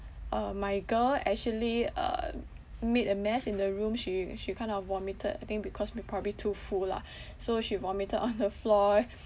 uh my girl actually um made a mess in the room she she kind of vomitted I think because may probably too full lah so she vomitted on the floor